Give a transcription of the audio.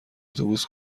اتوبوس